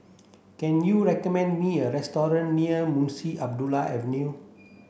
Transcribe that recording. can you recommend me a restaurant near Munshi Abdullah Avenue